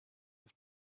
with